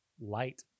light